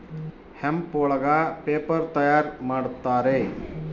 hemp ಒಳಗ paper ತಯಾರ್ ಮಾಡುತ್ತಾರೆ